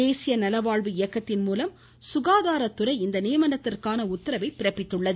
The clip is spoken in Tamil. தேசிய நலவாழ்வு இயக்கத்தின் மூலம் சுகாதாரத்துறை இந்த நியமனத்திற்கான உத்தரவை பிறப்பித்துள்ளது